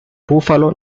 búfalo